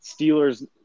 Steelers